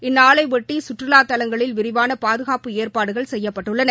இந்நாளையொட்டி சுற்றுலாதலங்களில் விரிவானபாதுகாப்பு ஏற்பாடுகள் செய்யப்பட்டுள்ளன